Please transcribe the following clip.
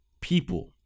people